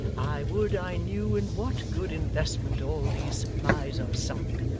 i would i knew in what good investment all these supplies are sunk.